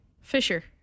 Fisher